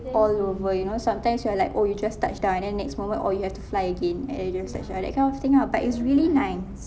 all over you know sometimes you are like oh you just touched down and then next moment oh you have to fly again that kind of thing lah but it's really nice